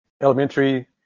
elementary